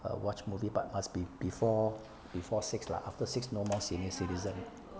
err watch movie but must be before before six lah after six no more senior citizen